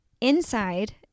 inside